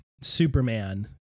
Superman